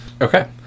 Okay